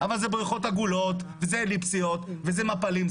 אבל זה בריכות עגולות ואליפטיות וזה מפלים,